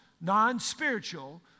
non-spiritual